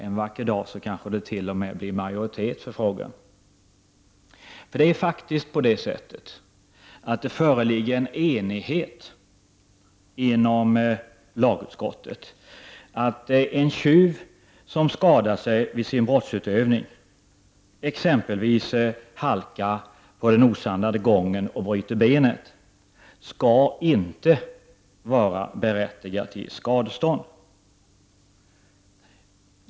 En vacker dag kanske det t.o.m. blir majoritet för vår ståndpunkt. Det föreligger en enighet inom lagutskottet att en tjuv som skadar sig vid sin brottsutövning, exempelvis halkar på den osandade gången och bryter benet, skall inte vara berättigad till skadestånd.